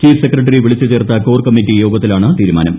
chief secretary വിളിച്ചു ചേർത്ത core committee യോഗത്തിലാണ് തീരുമാനം